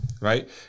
right